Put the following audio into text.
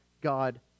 God